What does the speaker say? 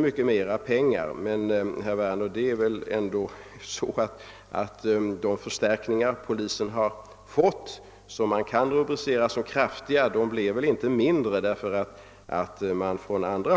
Men de förstärkningar som polisen har fått och som kan rubriceras som kraftiga blir väl inte mindre, herr Werner, därför att det på vissa